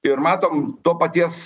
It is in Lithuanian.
ir matom to paties